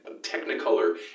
technicolor